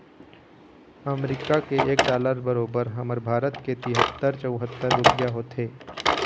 अमरीका के एक डॉलर बरोबर हमर भारत के तिहत्तर चउहत्तर रूपइया होथे